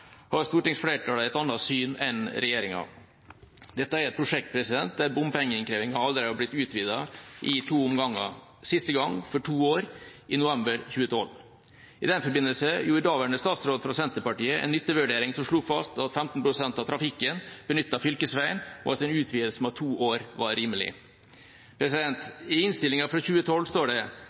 har stortingsflertallet et annet syn enn regjeringa. Dette er et prosjekt der bompengeinnkreving allerede har blitt utvidet i to omganger – siste gang for to år i november 2012. I den forbindelse gjorde daværende statsråd fra Senterpartiet en nyttevurdering som slo fast at 15 pst. av trafikken benyttet fylkesveien, og at en utvidelse med to år var rimelig. I innstillinga fra 2012 står det: